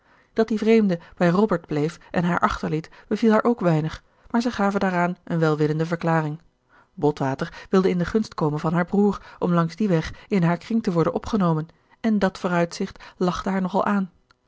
dat die vreemde bij robbert bleef en haar achterliet beviel haar ook weinig maar zij gaven daaraan eene welwillende verklaring botwater wilde in de gunst komen van haar broer om langs dien weg in haar kring te worden opgenomen en dat vooruitzicht lachte haar nog al aan